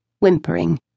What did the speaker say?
whimpering